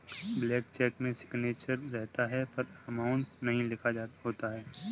blank cheque में signature रहता है पर अमाउंट नहीं लिखा होता है